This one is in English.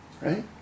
right